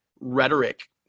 rhetoric